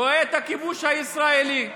רואה את הכיבוש הישראלי,